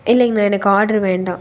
இல்லைங்கண்ணா எனக்கு ஆடர் வேண்டாம்